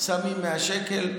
שמים 100 שקל,